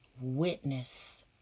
witness